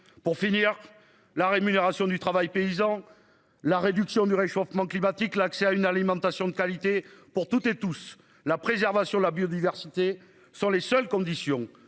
Pour finir, la rémunération du travail paysan. La réduction du réchauffement climatique, l'accès à une alimentation de qualité pour toutes et tous la préservation de la biodiversité sans les seules conditions